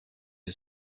les